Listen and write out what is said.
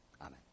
Amen